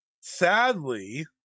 Sadly